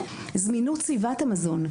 זמינות סביבת המזון,